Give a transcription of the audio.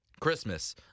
Christmas